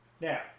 Now